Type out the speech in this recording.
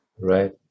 Right